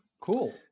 cool